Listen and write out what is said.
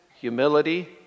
humility